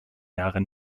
jahre